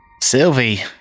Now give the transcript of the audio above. Sylvie